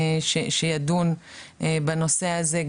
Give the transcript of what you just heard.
שידון בנושא הזה,